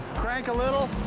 crank a little.